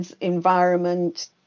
environment